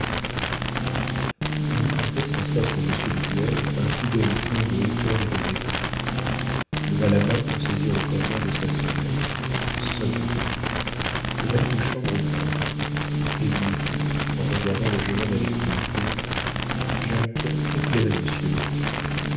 la vicomtesse lança sur monsieur de nueil un coup d'œil plein de hauteur et de mépris leva la main pour saisir le cordon de sa sonnette sonna le valet de chambre vint elle lui dit en regardant le jeune homme avec dignité jacques éclairez monsieur